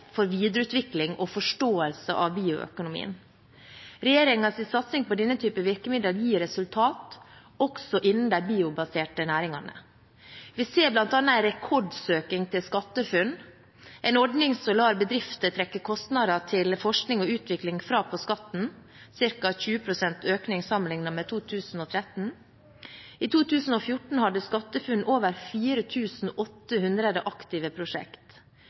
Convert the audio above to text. for videreutvikling og forståelse av bioøkonomien. Regjeringens satsing på denne typen virkemidler gir resultater, også innen de biobaserte næringene. Vi ser bl.a. en rekordsøking til SkatteFUNN, en ordning som lar bedrifter trekke kostnader til forskning og utvikling fra på skatten – ca. 20 pst. økning sammenliknet med 2013. I 2014 hadde SkatteFUNN over 4 800 aktive